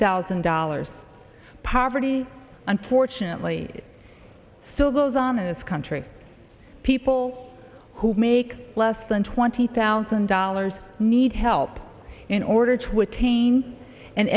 thousand dollars poverty unfortunately still goes on in this country people who make less than twenty thousand dollars need help in order to attain an